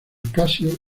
casio